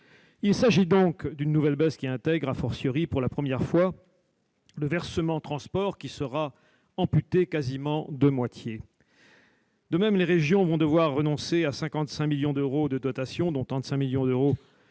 Il s'agit donc d'une nouvelle baisse intégrant pour la première fois le versement transport qui sera amputé quasiment de moitié. De même, les régions devront renoncer à 55 millions d'euros de dotations, dont 35 millions d'euros